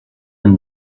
and